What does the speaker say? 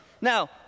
Now